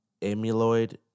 amyloid